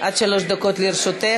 עד שלוש דקות לרשותך.